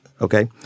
Okay